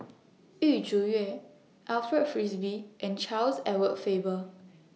Yu Zhuye Alfred Frisby and Charles Edward Faber